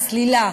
סלילה,